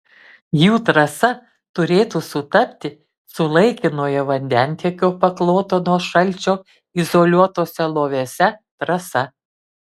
jų trasa turėtų sutapti su laikinojo vandentiekio pakloto nuo šalčio izoliuotuose loviuose trasa